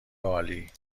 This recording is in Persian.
عالی